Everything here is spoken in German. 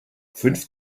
fünf